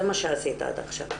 זה מה שעשית עד עכשיו,